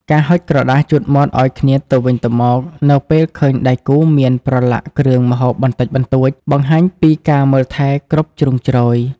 ការហុចក្រដាសជូតមាត់ឱ្យគ្នាទៅវិញទៅមក នៅពេលឃើញដៃគូមានប្រឡាក់គ្រឿងម្ហូបបន្តិចបន្តួច បង្ហាញពីការមើលថែគ្រប់ជ្រុងជ្រោយ។